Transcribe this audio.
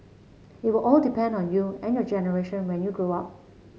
it will all depend on you and your generation when you grow up